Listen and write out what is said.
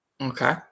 Okay